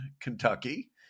Kentucky